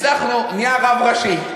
הצלחנו, נהיה רב ראשי.